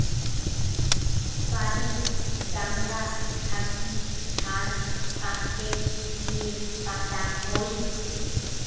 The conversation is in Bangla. বাড়ি ডাঙা থাকি ধান কাস্তে দিয়ে কাটা হই